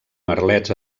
merlets